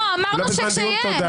לא, אמרנו שכשיהיה.